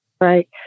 Right